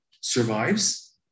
survives